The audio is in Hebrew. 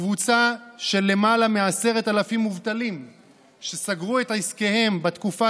קבוצה של למעלה מ-10,000 מובטלים שסגרו את עסקיהם בתקופה